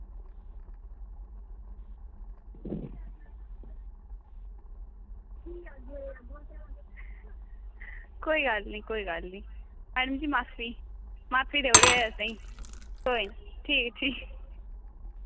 कोई गल्ल निं कोई गल्ल निं मैड़म जी माफी माफी देई ओड़ेओ असें ई ठीक ठीक